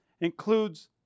includes